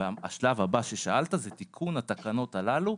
השלב הבא ששאלת לגביו הוא תיקון התקנות הללו,